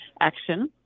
action